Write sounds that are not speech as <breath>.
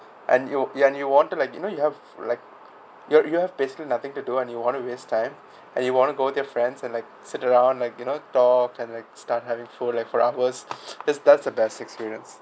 and you and you wanted to like you know you have like you have you have basically nothing to do and you want to waste time and you want to go to your friends and like sit around like you know talk and like start having food like for hours <breath> is that's the best experience